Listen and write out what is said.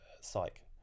psych